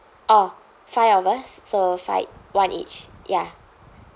oh five of us so five one each ya